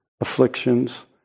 afflictions